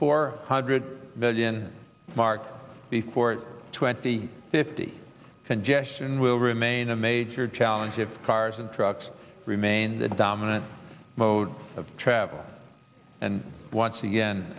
four hundred million mark before twenty fifty congestion will remain a major challenge of cars and trucks remain the dominant mode of travel and once again